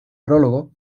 prólogo